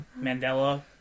Mandela